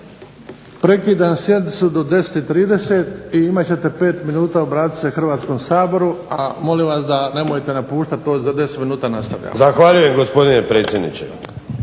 Prekidam sjednicu do 10,30 i imat ćete 5 minuta obratit se Hrvatskom saboru, a molim vas da nemojte napuštati za 10 minuta nastavljamo. **Vinković, Zoran (HDSSB)** Zahvaljujem gospodine predsjedniče.